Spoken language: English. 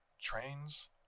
Trains